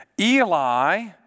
Eli